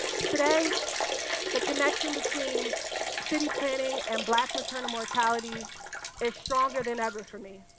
today the connection between city planning and black maternal mortality is stronger than ever for me.